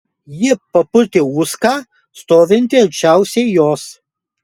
ji papurtė uską stovintį arčiausiai jos